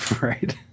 Right